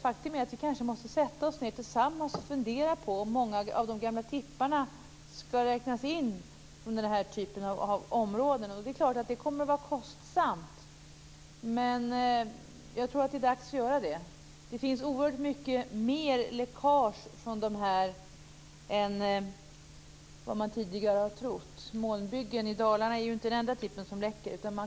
Faktum är att vi kanske måste sätta oss ned tillsammans och fundera på om många av de gamla tipparna skall räknas in som den typen av områden. Det är klart att det kommer att vara kostsamt, men jag tror att det är dags att göra det. Det finns oerhört mycket mer läckage från dessa tippar än vad man tidigare har trott. Molnbyggen i Dalarna är inte den enda tippen som läcker.